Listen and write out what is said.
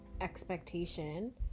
expectation